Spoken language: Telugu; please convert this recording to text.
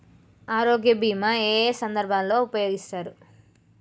ఆరోగ్య బీమా ఏ ఏ సందర్భంలో ఉపయోగిస్తారు?